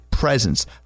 Presence